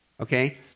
Okay